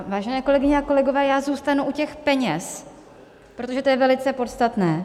Vážené kolegyně a kolegové, zůstanu u těch peněz, protože to je velice podstatné.